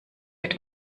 mit